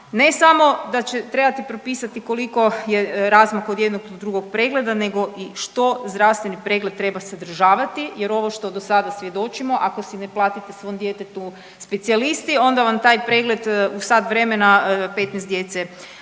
ne samo da će trebati propisati koliko je razmak od jednog do drugog pregleda nego i što zdravstveni pregled treba sadržavati jer ovo što do sada svjedočimo, ako si ne platite svom djetetu specijalisti, onda vam taj pregled u sat vremena 15 djece zapravo